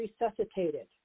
resuscitated